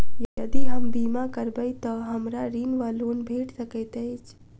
यदि हम बीमा करबै तऽ हमरा ऋण वा लोन भेट सकैत अछि?